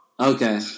Okay